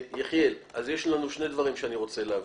יחיאל, אז יש לנו שני דברים שאני רוצה להבין,